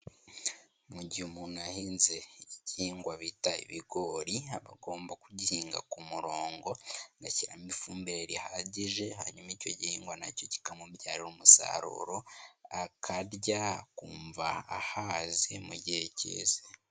Mu gihe umuntu ahinze igihingwa bita ibigori, aba agomba kugihinga ku murongo, agashyiramo ifumbire rihagije, hanyuma icyo gihingwa na cyo kikamubyarira umusaruro, akarya akumva ahaze mu gihe cyeze.